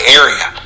area